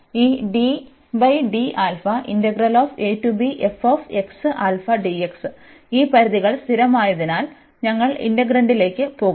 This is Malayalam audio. അതിനാൽ ഈ ഈ പരിധികൾ സ്ഥിരമായതിനാൽ ഞങ്ങൾ ഇന്റഗ്രാൻഡിലേക്ക് പോകും